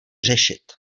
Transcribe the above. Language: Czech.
řešit